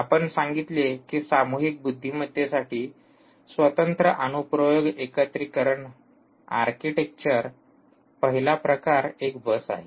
आपण सांगितले की सामूहिक बुद्धिमत्तेसाठी स्वतंत्र अनुप्रयोग एकत्रीकरण आर्किटेक्चर पहिला प्रकार एक बस आहे